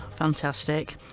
Fantastic